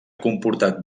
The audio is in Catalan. comportat